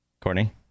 Courtney